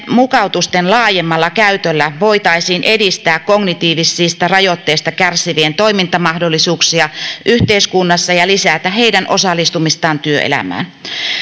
mukautusten laajemmalla käytöllä voitaisiin edistää kognitiivisista rajoitteista kärsivien toimintamahdollisuuksia yhteiskunnassa ja lisätä heidän osallistumistaan työelämään